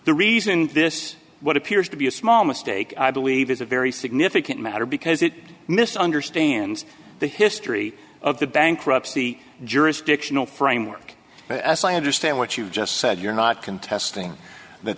the reason this what appears to be a small mistake i believe is a very significant matter because it misunderstands the history of the bankruptcy jurisdictional framework but as i understand what you just said you're not contesting that